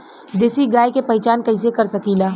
देशी गाय के पहचान कइसे कर सकीला?